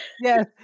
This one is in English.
yes